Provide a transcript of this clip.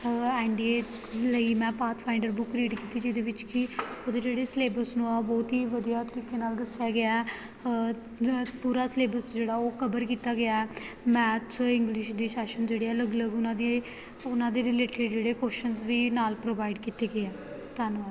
N D A ਲਈ ਮੈਂ path finder book read ਕੀਤੀ ਜਿਹਦੇ ਵਿੱਚ ਕਿ ਉਹਦੇ ਜਿਹੜੇ ਸਿਲੇਬਸ ਨੂੰ ਆ ਬਹੁਤ ਹੀ ਵਧੀਆ ਤਰੀਕੇ ਨਾਲ ਦੱਸਿਆ ਗਿਆ ਪੂਰਾ ਸਿਲੇਬਸ ਜਿਹੜਾ ਉਹ ਕਵਰ ਕੀਤਾ ਗਿਆ ਮੈਥਸ ਇੰਗਲਿਸ਼ ਦੇ ਸੈਸ਼ਨ ਜਿਹੜੇ ਆ ਅਲੱਗ ਅਲੱਗ ਉਹਨਾਂ ਦੀ ਉਹਨਾਂ ਦੇ ਰੀਲੇਟਡ ਜਿਹੜੇ ਕੋਸ਼ਚਨਸ ਵੀ ਨਾਲ ਪ੍ਰੋਵਾਈਡ ਕੀਤੇ ਗਏ ਆ ਧੰਨਵਾਦ